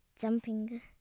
jumping